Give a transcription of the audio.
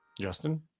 Justin